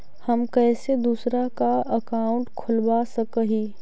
हम कैसे दूसरा का अकाउंट खोलबा सकी ही?